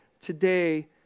today